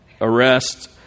arrest